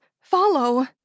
follow